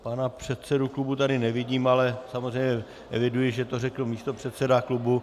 Pana předsedu klubu tady nevidím, ale samozřejmě eviduji, že to řekl místopředseda klubu.